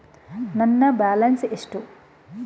ನನ್ನ ಬ್ಯಾಲೆನ್ಸ್ ಎಷ್ಟು?